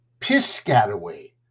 Piscataway